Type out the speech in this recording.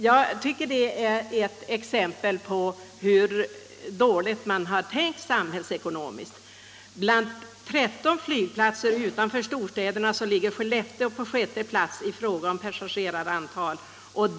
Jag tycker detta är ett exempel på hur dåligt man har tänkt samhällsekonomiskt. Bland 15 flygplatser utanför storstäderna ligger Skellefteå på sjätte plats i fråga om passagerarantal.